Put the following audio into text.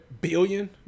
billion